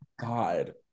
god